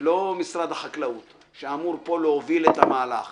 לא משרד חקלאות שאמור פה להוביל את המהלך